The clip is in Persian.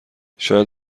شاید